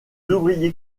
ouvriers